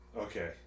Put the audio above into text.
Okay